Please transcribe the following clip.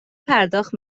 پرداخت